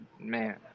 Man